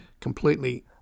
completely